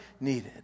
needed